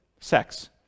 Sex